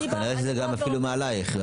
כנראה שזה גם אפילו מעלייך.